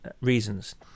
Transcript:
reasons